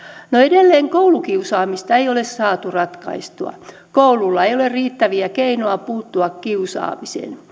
edelleen koulukiusaamista ei ole saatu ratkaistua kouluilla ei ole riittäviä keinoja puuttua kiusaamiseen